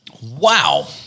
Wow